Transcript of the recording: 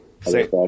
Say